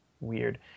weird